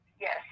Yes